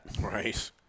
Right